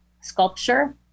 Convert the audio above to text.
sculpture